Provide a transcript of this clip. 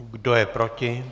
Kdo je proti?